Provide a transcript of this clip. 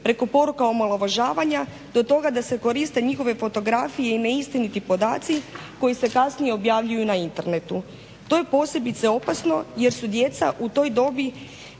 preko poruka omalovažavanja do toga da se koriste njihove fotografije i neistiniti podaci koji se kasnije objavljuju na internetu. To je posebice opasno jer su djeca u toj dobi